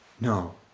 No